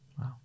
wow